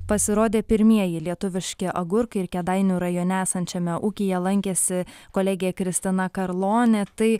pasirodė pirmieji lietuviški agurkai ir kėdainių rajone esančiame ūkyje lankėsi kolegė kristina karlone tai